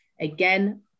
Again